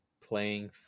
playing